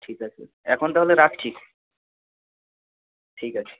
ঠিক আছে এখন তাহলে রাখছি ঠিক আছে